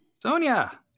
Sonia